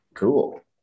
Cool